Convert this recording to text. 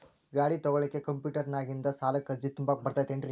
ಗಾಡಿ ತೊಗೋಳಿಕ್ಕೆ ಕಂಪ್ಯೂಟೆರ್ನ್ಯಾಗಿಂದ ಸಾಲಕ್ಕ್ ಅರ್ಜಿ ತುಂಬಾಕ ಬರತೈತೇನ್ರೇ?